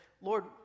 Lord